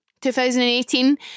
2018